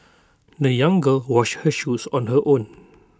the young girl washed her shoes on her own